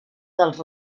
dels